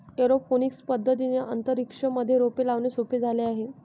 aeroponics पद्धतीने अंतरिक्ष मध्ये रोपे लावणे सोपे झाले आहे